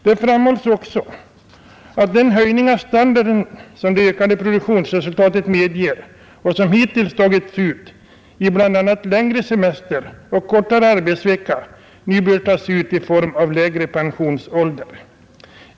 Det framhålls — Sänkning av den också att den höjning av levnadsstandarden som det ökade produktionsallmänna pensionsresultatet medger och som hittills tagits ut i bl.a. längre semester och = åldern kortare arbetsvecka nu bör tas ut i form av lägre pensionsålder.